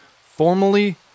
Formally